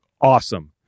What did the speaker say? awesome